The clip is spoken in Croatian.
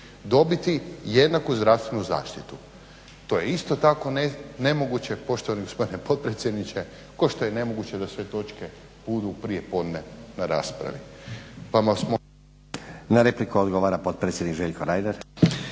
dobiti jednaku zdravstvenu zaštitu? To je isto tako nemoguće poštovani gospodine potpredsjedniče kao što je nemoguće da sve točke budu prijepodne na raspravi.